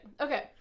Okay